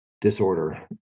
disorder